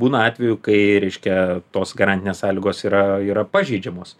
būna atvejų kai reiškia tos garantinės sąlygos yra yra pažeidžiamos